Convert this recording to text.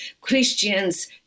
Christians